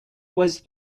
was